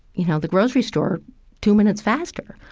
you know, the grocery store two minutes faster.